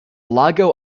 lago